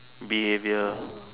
behavior